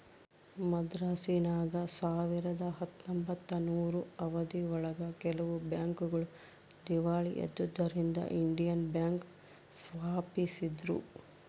ಮದ್ರಾಸಿನಾಗ ಸಾವಿರದ ಹತ್ತೊಂಬತ್ತನೂರು ಅವಧಿ ಒಳಗ ಕೆಲವು ಬ್ಯಾಂಕ್ ಗಳು ದೀವಾಳಿ ಎದ್ದುದರಿಂದ ಇಂಡಿಯನ್ ಬ್ಯಾಂಕ್ ಸ್ಪಾಪಿಸಿದ್ರು